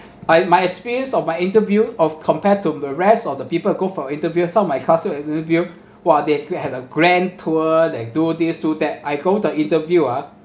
I my experience of my interview of compared to the rest of the people go for interview some of my classmate interview !wah! they too had a grand tour they do this do that I go the interview ah